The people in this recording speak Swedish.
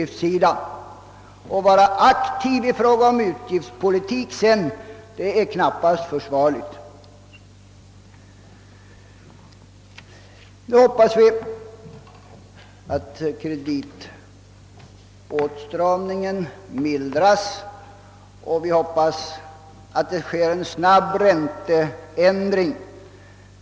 Att sedan vara aktiv i fråga om utgiftspolitiken är knappast försvarligt. Nu hoppas vi att kreditåtstramningen mildras, och vi hoppas på en snabb ränteändring.